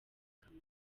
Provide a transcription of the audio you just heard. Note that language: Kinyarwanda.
kamaro